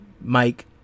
Mike